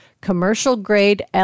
commercial-grade